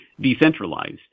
decentralized